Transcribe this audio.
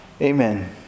Amen